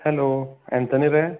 hello Anthony रे